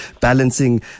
balancing